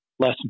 less